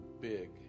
big